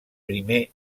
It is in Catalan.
primer